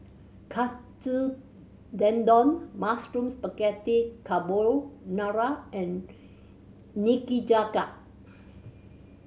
Katsu Tendon Mushroom Spaghetti Carbonara and Nikujaga